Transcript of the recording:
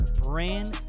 brand